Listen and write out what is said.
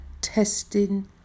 testing